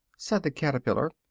said the caterpillar,